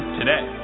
today